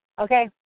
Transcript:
Okay